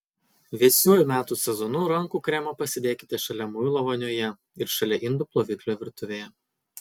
vėsiuoju metų sezonu rankų kremą pasidėkite šalia muilo vonioje ir šalia indų ploviklio virtuvėje